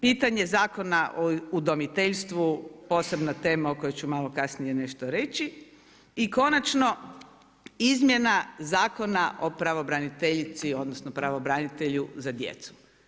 Pitanje Zakona o udomiteljstvu, posebna tema o kojoj ću kasnije nešto reći i konačno, izmjena Zakona o pravobraniteljici, odnosno, pravobranitelja za djecu.